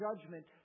judgment